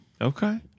Okay